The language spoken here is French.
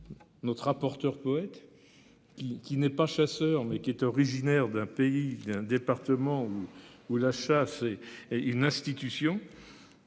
Notre rapporteur poète. Qui n'est pas chasseur, mais qui est originaire d'un pays d'un département. Où la chasse est est une institution.